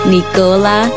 Nicola